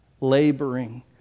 laboring